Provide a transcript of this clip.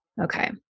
Okay